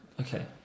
Okay